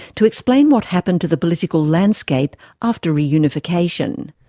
to explain what happened to the political landscape after reunification.